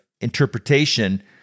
interpretation